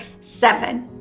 seven